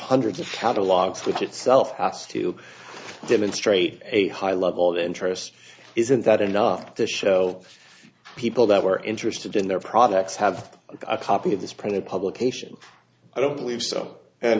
hundreds of catalogs which itself has to demonstrate a high level interest isn't that enough to show people that are interested in their products have a copy of this printed publication i don't believe so and